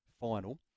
final